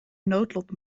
noodlot